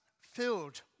filled